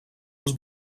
els